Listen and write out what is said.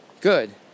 good